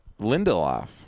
Lindelof